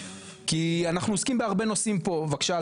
כי אנחנו עוסקים בהרבה נושאים פה בבקשה,